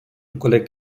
collect